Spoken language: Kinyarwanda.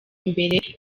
imbere